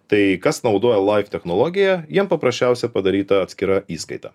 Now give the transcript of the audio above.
tai kas naudoja laif technologiją jiem paprasčiausia padaryta atskira įskaita